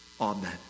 Amen